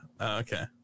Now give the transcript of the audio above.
Okay